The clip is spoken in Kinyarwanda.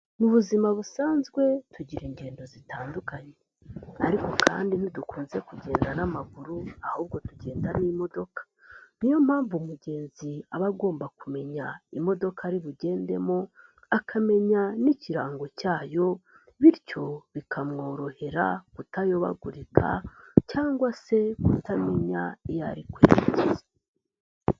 Mu buzima busanzwe tugira ingendo zitandukanye ariko kandi nidukunze kugenda n'amaguru ahubwo tugenda n'imodoka. Niyo mpamvu umugenzi aba agomba kumenya imodoka ari bugendemo, akamenya n'ikirango cyayo bityo bikamworohera kutayobagurika cyangwa se kutamenya iyo ari kwerekeza.